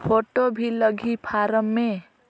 Photo भी लगी form मे?